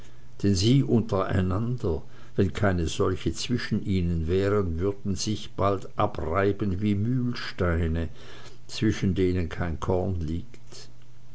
denn sie untereinander wenn keine solche zwischen ihnen wären würden sich bald abreiben wie mühlsteine zwischen denen kein korn liegt